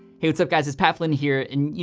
hey, what's up, guys. it's pat flynn here, and, you